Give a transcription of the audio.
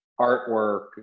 artwork